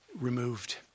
removed